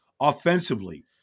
offensively